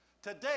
Today